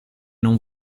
non